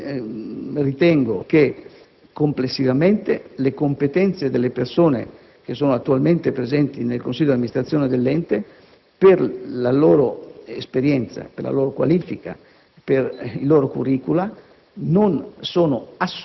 In sostanza, ritengo che complessivamente le competenze delle persone che sono attualmente presenti nel consiglio d'amministrazione dell'Ente, per la loro esperienza, per la loro qualifica,